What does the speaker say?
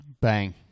Bang